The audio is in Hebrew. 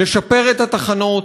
לשפר את התחנות,